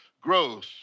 growth